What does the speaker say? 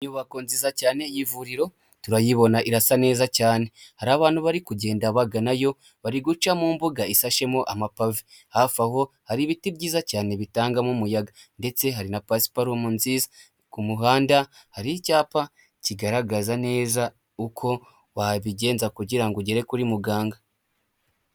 Inyubako nziza cyane y'ivuriro, turayibona irasa neza cyane. Hari abantu bari kugenda baganayo, bari guca mu mbuga ishashemo amapave. Hafi aho hari ibiti byiza cyane bitangamo umuyaga ndetse hari na pasiparume nziza. Ku muhanda hari icyapa kigaragaza neza uko wabigenza kugira ngo ugere kuri muganga.